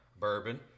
bourbon